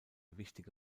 wichtige